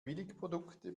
billigprodukte